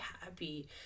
happy